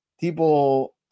people